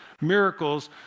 miracles